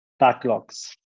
backlogs